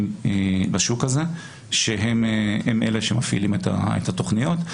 בשוק הזה שהם אלה שמפעילים את התכניות.